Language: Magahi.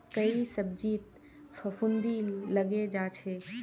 कई सब्जित फफूंदी लगे जा छे